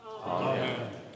Amen